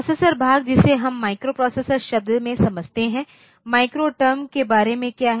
processor भाग जिसे हम माइक्रोप्रोसेसर शब्द में समझते हैं माइक्रो टर्म के बारे में क्या है